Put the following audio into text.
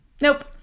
Nope